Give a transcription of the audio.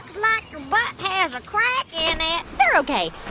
like your butt has a crack in it they're ok.